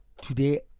today